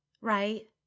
right